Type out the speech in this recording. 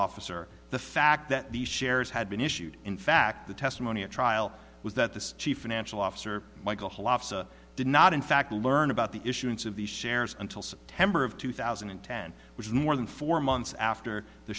officer the fact that the shares had been issued in fact the testimony at trial was that the chief financial officer michael did not in fact learn about the issuance of these shares until september of two thousand and ten which is more than four months after the